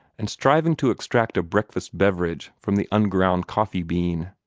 and striving to extract a breakfast beverage from the unground coffee-bean?